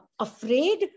afraid